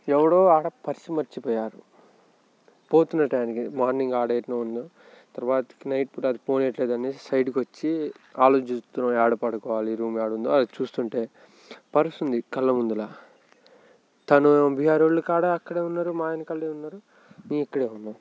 ఎవడో ఆడ పర్సు మర్చిపోయారు పోతున్న టయానికి మార్నింగ్ అక్కడ యాడనో ఉన్నాం తర్వాతకి నైట్ ఆడ పైకి పోనీయట్లేదు అనేసి సైడ్కొచ్చి ఆలోచిస్తున్నాం ఏడ పడుకోవాలి రూమ్ ఏడుందో అది చూస్తుంటే పర్సు ఉంది కళ్ళ ముందర తను బీహారోళ్ళు కాడ అక్కడే ఉన్నారు మా వెనకాలే ఉన్నారు మేము ఇక్కడే ఉన్నాం